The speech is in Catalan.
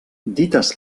dites